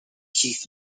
keith